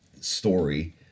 story